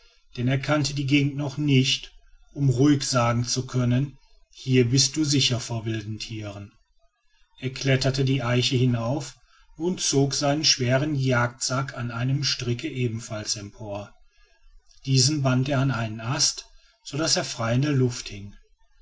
denn er kannte die gegend noch nicht um ruhig sagen zu können hier bist du sicher vor wilden tieren er kletterte die eiche hinauf und zog seinen schweren jagdsack an einem stricke ebenfalls empor diesen band er an einen ast so daß er frei in der luft hing